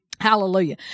Hallelujah